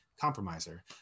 compromiser